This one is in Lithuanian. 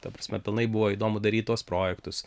ta prasme pilnai buvo įdomu daryt tuos projektus